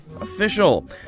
official